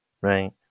right